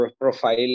profile